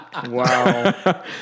Wow